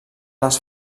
les